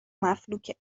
مفلوکه